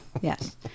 yes